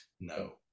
no